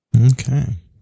Okay